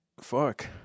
fuck